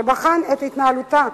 שבחן את התנהלותה,